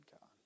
God